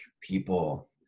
people